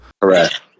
Correct